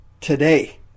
today